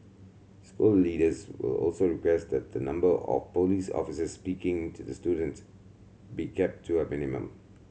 school leaders will also request that the number of police officers speaking to the student be kept to a minimum